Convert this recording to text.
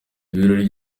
ibirori